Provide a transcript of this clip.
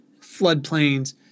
floodplains